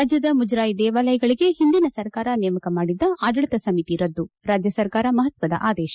ರಾಜ್ಯದ ಮುಜರಾಯಿ ದೇವಾಲಯಗಳಿಗೆ ಹಿಂದಿನ ಸರ್ಕಾರ ನೇಮಕ ಮಾಡಿದ್ದ ಆಡಳಿತ ಸಮಿತಿ ರದ್ದು ರಾಜ್ಯ ಸರ್ಕಾರ ಮಹತ್ವದ ಆದೇಶ